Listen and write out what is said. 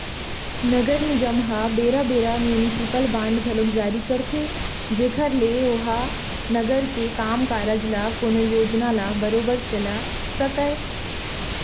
नगर निगम ह बेरा बेरा म्युनिसिपल बांड घलोक जारी करथे जेखर ले ओहा नगर के काम कारज ल कोनो योजना ल बरोबर चला सकय